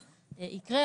יקרה,